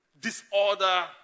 disorder